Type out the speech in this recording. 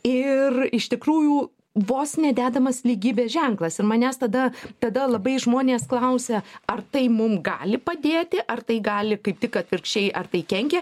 ir iš tikrųjų vos ne dedamas lygybės ženklas ir manęs tada tada labai žmonės klausia ar tai mum gali padėti ar tai gali kaip tik atvirkščiai ar tai kenkia